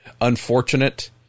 unfortunate